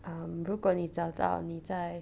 um 如果你找到你在